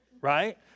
Right